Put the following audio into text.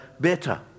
better